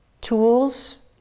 tools